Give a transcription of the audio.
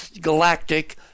galactic